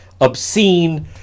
obscene